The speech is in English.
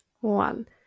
one